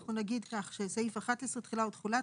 אז אנחנו נגיד כך: תחילה ותחולה 11. (א)